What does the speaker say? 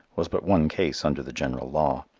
was but one case under the general law.